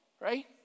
right